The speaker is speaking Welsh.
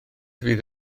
fydd